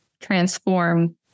transform